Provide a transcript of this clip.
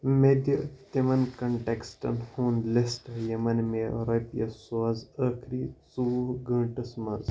مےٚ دِ تِمَن کنٹیکٹَن ہُنٛد لسٹ یِمَن مےٚ رۄپیہِ سوٗزۍ ٲخٕری ژوٚوُہ گٲنٛٹس مَنٛز